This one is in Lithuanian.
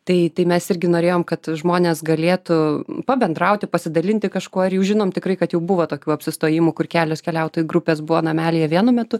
tai tai mes irgi norėjome kad žmonės galėtų pabendrauti pasidalinti kažkuo ir jau žinom tikrai kad jau buvo tokių apsistojimų kur kelios keliautojų grupės buvo namelyje vienu metu